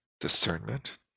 discernment